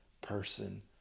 person